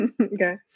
Okay